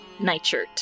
Nightshirt